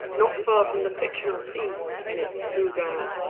not far from the fictional sea in its blue gown,